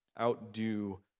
outdo